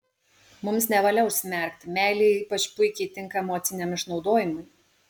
mums nevalia užsimerkti meilė ypač puikiai tinka emociniam išnaudojimui